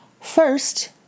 First